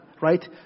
Right